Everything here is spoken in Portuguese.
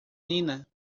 nina